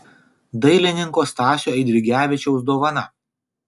dailininko stasio eidrigevičiaus dovana